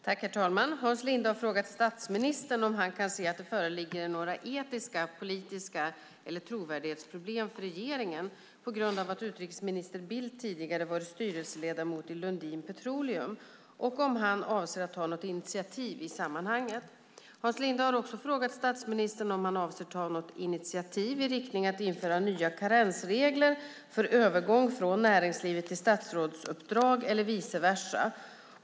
Herr talman! Hans Linde har frågat statsministern om han kan se att det föreligger några etiska eller politiska problem eller trovärdighetsproblem för regeringen på grund av att utrikesminister Bildt tidigare har varit styrelseledamot i Lundin Petroleum, och om han avser att ta något initiativ i sammanhanget. Hans Linde har också frågat statsministern om han avser att ta något initiativ i riktning mot att införa nya karensregler för övergång från näringslivet till statsrådsuppdrag eller vice versa.